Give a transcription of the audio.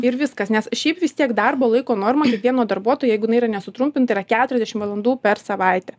ir viskas nes šiaip vis tiek darbo laiko norma kiekvieno darbuotojo jeigu jinai yra nesutrumpinta yra keturiasdešim valandų per savaitę